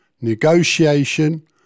negotiation